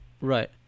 Right